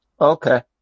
Okay